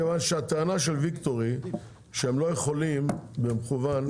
כיוון שהטענה של ויקטורי שהם לא יכולים במקוון,